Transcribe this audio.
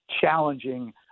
challenging